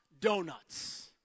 donuts